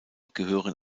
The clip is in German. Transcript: gehören